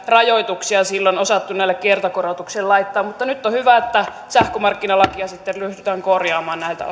rajoituksia silloin osattu näille kertakorotuksille laittaa mutta nyt on hyvä että sähkömarkkinalakia sitten ryhdytään korjaamaan näiltä